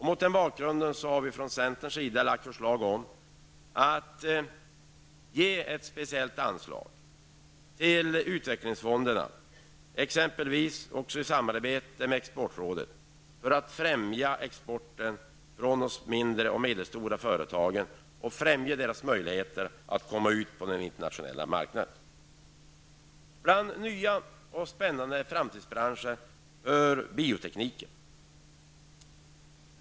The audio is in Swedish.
Mot denna bakgrund har vi från centern lagt fram förslag om att man skall ge ett speciellt anslag till utvecklingsfonderna, som t.ex. i samarbete med exportrådet kan främja exporten från de mindre och medelstora företagen och främja deras möjligheter att komma ut på den internationella marknaden. Till nya och spännande framtidsbranscher hör biotekniken.